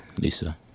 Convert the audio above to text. Lisa